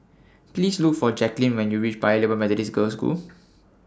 Please Look For Jaclyn when YOU REACH Paya Lebar Methodist Girls' School